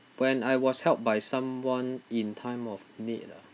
when I was helped by someone in time of need ah